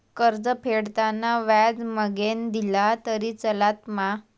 कर्ज फेडताना व्याज मगेन दिला तरी चलात मा?